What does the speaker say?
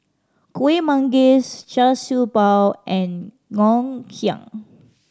Kueh Manggis Char Siew Bao and Ngoh Hiang